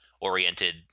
oriented